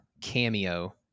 cameo